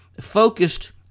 focused